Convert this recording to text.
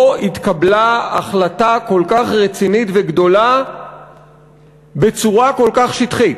התקבלה החלטה כל כך רצינית וגדולה בצורה כל כך שטחית.